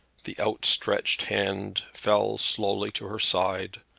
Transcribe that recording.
the outstretched hand fell slowly to her side,